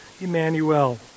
Emmanuel